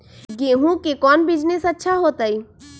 गेंहू के कौन बिजनेस अच्छा होतई?